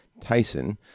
Tyson